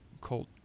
Colt